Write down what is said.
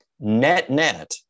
net-net